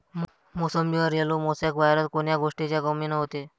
मोसंबीवर yellow mosaic virus कोन्या गोष्टीच्या कमीनं होते?